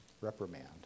reprimand